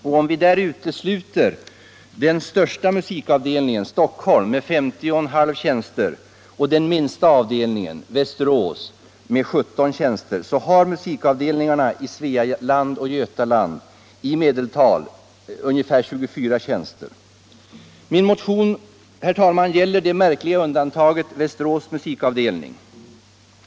Om vi utesluter den största musikavdelningen, Stockholms med 50,5 tjänster, och den minsta avdelningen, Västerås med 17 tjänster, har musikavdelningarna i Svealand och Götaland i medeltal 24 tjänster. Min motion gäller det märkliga undantaget: Västerås musikavdelning.